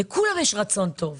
לכולם יש רצון טוב,